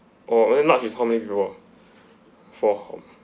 oh very large is how many people for how